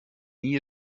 nie